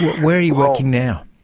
where are you working now?